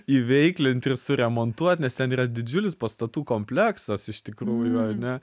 įveiklint ir suremontuot nes ten yra didžiulis pastatų kompleksas iš tikrųjų ane